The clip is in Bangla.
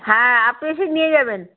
হ্যাঁ আপনি এসে নিয়ে যাবেন